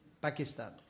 Pakistan